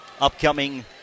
upcoming